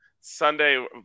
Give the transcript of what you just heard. Sunday